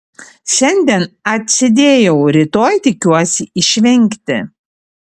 šiandien atsėdėjau rytoj tikiuosi išvengti